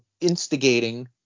instigating